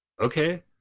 Okay